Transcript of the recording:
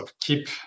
keep